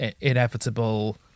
inevitable